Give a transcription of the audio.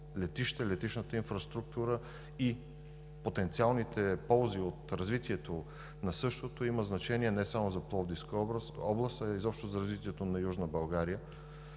летище, летищната инфраструктура и потенциалните ползи от развитието на същото има значение не само за Пловдивска област, а изобщо за развитието на Южна България